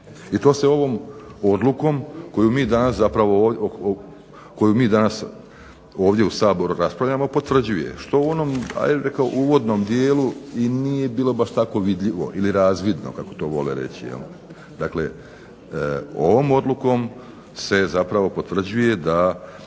i to se ovom odlukom koju mi danas ovdje u Saboru raspravljamo potvrđuje. Što u onom, rekao bih, uvodnom dijelu i nije bilo baš tako vidljivo ili razvidno kako to vole reći. Dakle, ovom odlukom se zapravo potvrđuje da